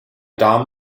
damen